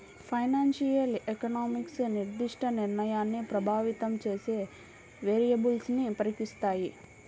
financial economics నిర్దిష్ట నిర్ణయాన్ని ప్రభావితం చేసే వేరియబుల్స్ను పరీక్షిస్తాయి